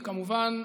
וכמובן,